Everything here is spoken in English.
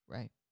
Right